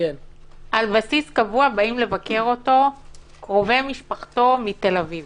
על בסיס קבוע באים לבקר אותו קרובי משפחתו מתל אביב